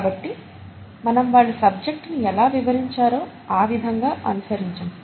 కాబట్టి మనం వాళ్ళు సబ్జెక్టు ని ఎలా వివరించారో ఆ విధంగా అనుసరించము